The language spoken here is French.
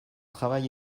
travail